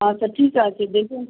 আচ্ছা ঠিক আছে দেখুন